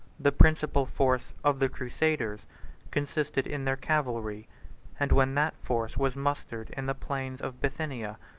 the principal force of the crusaders consisted in their cavalry and when that force was mustered in the plains of bithynia,